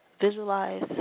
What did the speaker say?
Visualize